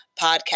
podcast